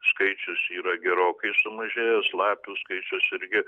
skaičius yra gerokai sumažėjęs lapių skaičius irgi